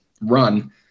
run